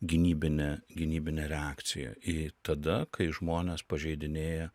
gynybinė gynybinė reakcija į tada kai žmonės pažeidinėja